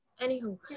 Anywho